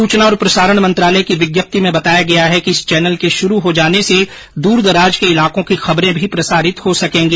सुचना और प्रसारण मंत्रालय की विज्ञप्ति में बताया गया है कि इस चैनल के शुरू हो जाने से दूरदराज के इलाकों की खबरे भी प्रसारित हो सकेंगी